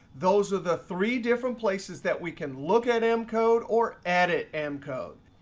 those are the three different places that we can look at m code or edit m code.